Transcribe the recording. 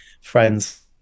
friends